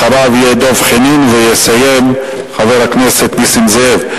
אחריו יהיה דב חנין, ויסיים חבר הכנסת נסים זאב.